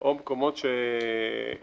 או מקומות שהם